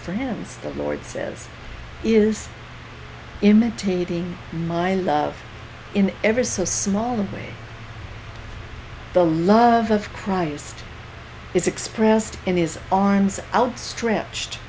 for him the lord says is imitating my love in ever so small and the love of christ is expressed in his arms outstretched